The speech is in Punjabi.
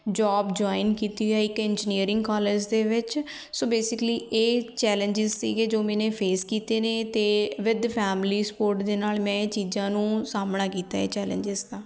ਜੋਬ ਜੁਆਇਨ ਕੀਤੀ ਹੈ ਇੱਕ ਇੰਜੀਨੀਅਰਿੰਗ ਕੋਲਜ ਦੇ ਵਿੱਚ ਸੋ ਬੇਸਿਕਲੀ ਇਹ ਚੈਲੇਂਜਸ ਸੀਗੇ ਜੋ ਮੈਨੇ ਫੇਸ ਕੀਤੇ ਨੇ ਅਤੇ ਵਿਦ ਫੈਮਲੀ ਸਪੋਰਟ ਦੇ ਨਾਲ ਮੈਂ ਇਹ ਚੀਜ਼ਾਂ ਨੂੰ ਸਾਹਮਣਾ ਕੀਤਾ ਏ ਚੈਲੇਂਜਸ ਦਾ